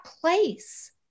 place